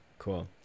cool